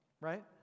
right